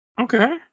Okay